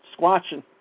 squatching